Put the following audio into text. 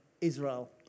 Israel